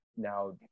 Now